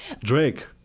Drake